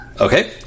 Okay